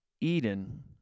Eden